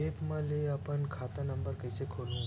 App म ले अपन खाता नम्बर कइसे खोलहु?